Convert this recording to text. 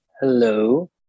Hello